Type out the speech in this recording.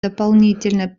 дополнительной